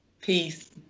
Peace